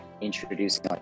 introducing